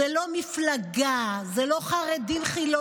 זו לא מפלגה, זה לא חרדים חילונים.